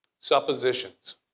Suppositions